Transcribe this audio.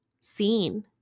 seen